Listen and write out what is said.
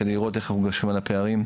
כדי לראות איך מגשרים על הפערים.